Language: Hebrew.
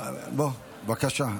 בבקשה.